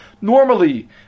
normally